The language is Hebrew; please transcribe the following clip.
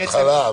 אני בהתחלה.